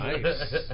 Nice